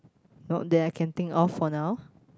not that I can think of for now